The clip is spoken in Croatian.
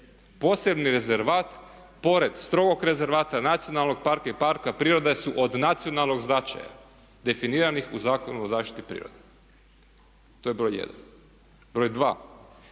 Posebni rezervat pored strogog rezervata, nacionalnog parka i parka prirode su od nacionalnog značaja definiranih u Zakonu o zaštiti prirode. To je broj jedan. Broj dva.